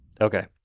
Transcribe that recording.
okay